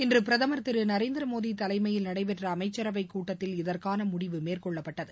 இன்று பிரதமர் திரு நர்நதிரமோடி தலைமையில் நடைபெற்ற அமைச்சரவைக்கூட்டத்தில் இதற்கான முடிவு மேற்கொள்ளப்பட்டது